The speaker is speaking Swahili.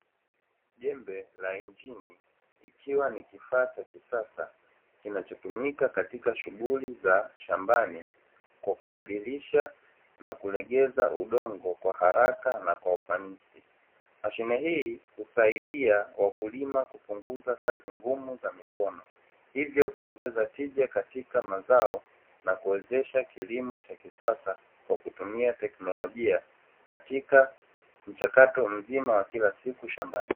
Jembe la injini ikiwa ni kifaa cha kisasa kinachotumika katika shughuli za shambani kwa kubadilisha na kulegeza udongo kwa haraka na kwa ufanisi, mashine hii husaidia wakulima kupunguza kazi ngumu za mikono hivyo kuongeza tija katika mazao na kuwezesha kilimo cha kisasa kwa kutumia teknolojia katika mchakato mzima wa kila siku shambani.